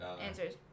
answers